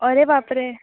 अरे बाप रे